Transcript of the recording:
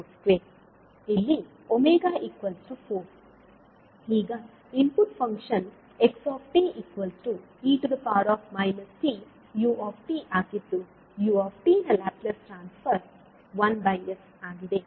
ಈಗ input function x e tu ಆಗಿದ್ದು u ನ ಲಾಪ್ಲೇಸ್ ಟ್ರಾನ್ಸ್ ಫರ್ 1s ಆಗಿದೆ